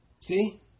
See